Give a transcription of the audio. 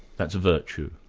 that's a virtue,